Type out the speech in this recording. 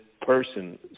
person